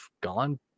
gone